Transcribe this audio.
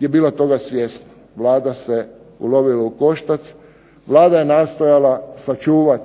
je bila toga svjesna. Vlada se ulovila u koštac